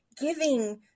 giving